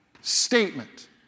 statement